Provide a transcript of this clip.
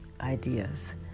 ideas